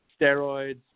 steroids